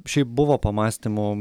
šiaip buvo pamąstymų